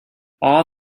all